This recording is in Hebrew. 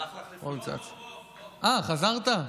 אה, חזרת?